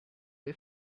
the